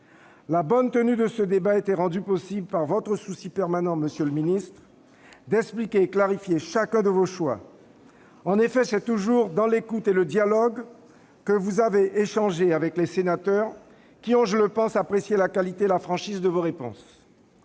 La bonne tenue de ce débat a été rendue possible par votre souci permanent, monsieur le ministre, d'expliquer et de clarifier chacun de vos choix. En effet, c'est toujours dans l'écoute et le dialogue que vous avez discuté avec les sénateurs et ceux-ci ont, je pense, apprécié la qualité et la franchise de vos réponses.